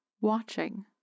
watching